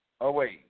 away